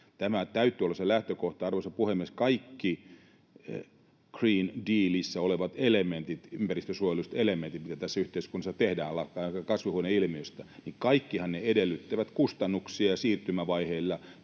Tämän täytyy olla se lähtökohta, arvoisa puhemies. Kaikki Green Dealissa olevat ympäristönsuojelulliset elementit, mitä tässä yhteiskunnassa tehdään, alkaen kasvihuoneilmiöstä, kaikkihan ne edellyttävät kustannuksia siirtymävaiheissa.